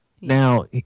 Now